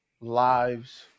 lives